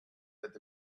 that